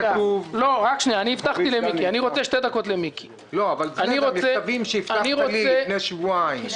נראה ילד בכיתה א' הולך שני קילומטרים בתוך העיר בגשם,